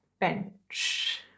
bench